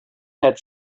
had